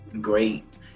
great